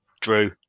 Drew